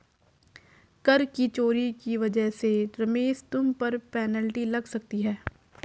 कर की चोरी की वजह से रमेश तुम पर पेनल्टी लग सकती है